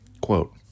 quote